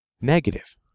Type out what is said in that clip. negative